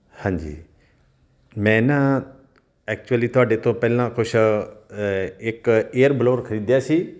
ਹਾਂਜੀ ਮੈਂ ਨਾ ਐਕਚੁਲੀ ਤੁਹਾਡੇ ਤੋਂ ਪਹਿਲਾਂ ਕੁਛ ਇੱਕ ਏਅਰ ਬਲੋਰ ਖਰੀਦਿਆ ਸੀ